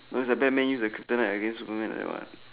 it's like Batman use the kryptonite against Superman what